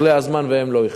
יכלה הזמן והם לא יכלו.